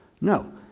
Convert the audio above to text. no